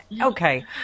okay